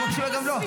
את לא מקשיבה גם לו.